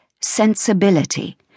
sensibility